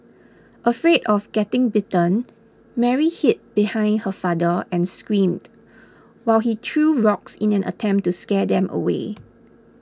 afraid of getting bitten Mary hid behind her father and screamed while he threw rocks in an attempt to scare them away